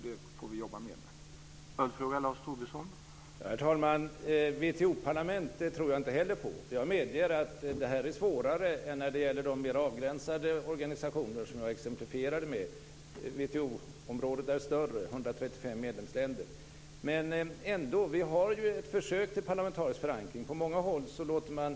Det får vi jobba mer med.